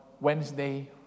Wednesday